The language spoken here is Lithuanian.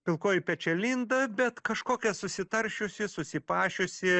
pilkoji pečialinda bet kažkokia susitaršiusi susipašiusi